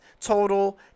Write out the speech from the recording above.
total